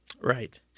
Right